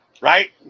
right